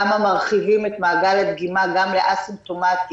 כמה מרחיבים את מעגל הדגימה גם לאסימפטומטי,